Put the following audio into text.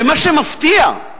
ומה שמפתיע,